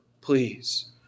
please